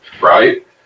right